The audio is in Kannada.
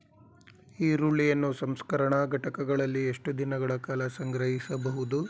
ಈರುಳ್ಳಿಯನ್ನು ಸಂಸ್ಕರಣಾ ಘಟಕಗಳಲ್ಲಿ ಎಷ್ಟು ದಿನಗಳ ಕಾಲ ಸಂಗ್ರಹಿಸಬಹುದು?